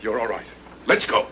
you're all right let's go